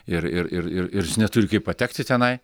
ir ir ir ir jis neturi kaip patekti tenai